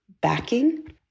backing